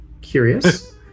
Curious